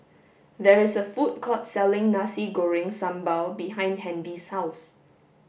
there is a food court selling Nasi Goreng Sambal behind Handy's house